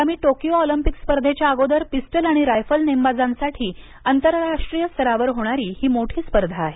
आगामी Tokyo Olympic स्पर्धेच्या अगोदर पिस्टल आणि रायफल नेमबाजांसाठी आंतरराष्ट्रीय स्तरावर होणारी ही मोठी स्पर्धा आहे